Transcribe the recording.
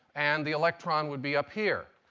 and the electron would be up here.